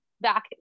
back